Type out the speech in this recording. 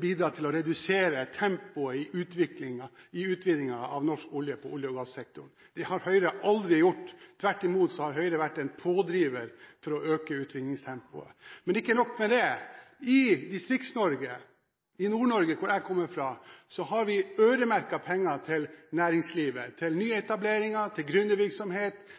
bidrar til å redusere tempoet i utviklingen i utvinningen av norsk olje på olje- og gassektoren. Det har Høyre aldri gjort. Tvert imot har Høyre vært en pådriver for å øke utvinningstempoet. Men ikke nok med det, i Distrikts-Norge – i Nord-Norge hvor jeg kommer fra – har vi øremerkede penger til næringslivet, til nyetableringer, til